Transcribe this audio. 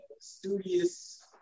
studious